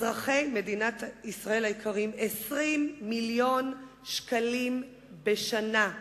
אזרחי מדינת ישראל היקרים: 20 מיליון שקלים בשנה.